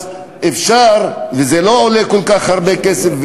אז זה אפשרי וזה לא עולה כל כך הרבה כסף,